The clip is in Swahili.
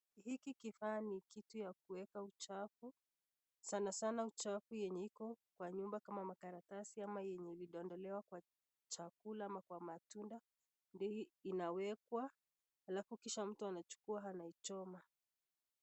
Hiki kifaa ni kitu ya kuweka uchafu sanasana uchafu enye iko kwa nyumba kama makaratasi ama yenye imedondolewa kwa chakula ama kwa matunda ndio inawekwa alafu kisha mtu anachukua anaichoma.